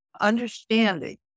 understanding